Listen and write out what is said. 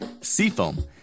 Seafoam